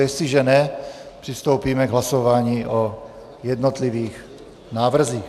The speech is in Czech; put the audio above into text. Jestliže ne, přistoupíme k hlasování o jednotlivých návrzích.